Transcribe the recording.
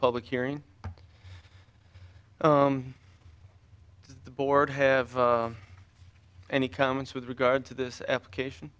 public hearing the board have any comments with regard to this application